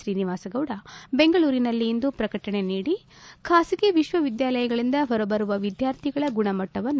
ಶ್ರೀನಿವಾಸಗೌಡ ಬೆಂಗಳೂರಿನಲ್ಲಿಂದು ಪ್ರಕಟಣೆ ನೀಡಿ ಖಾಸಗಿ ವಿಶ್ವವಿದ್ಯಾಲಯಗಳಿಂದ ಹೊರಬರುವ ವಿದ್ಯಾರ್ಥಿಗಳ ಗುಣಮಟ್ಟವನ್ನು